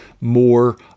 more